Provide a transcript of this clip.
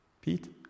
Pete